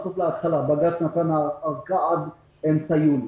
בג"ץ נתן אורכה עד אמצע יוני.